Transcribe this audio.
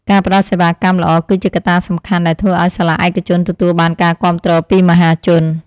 ការផ្តល់សេវាកម្មល្អគឺជាកត្តាសំខាន់ដែលធ្វើឱ្យសាលាឯកជនទទួលបានការគាំទ្រពីមហាជន។